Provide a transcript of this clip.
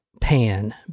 Pan